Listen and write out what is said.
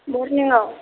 मरनिंआव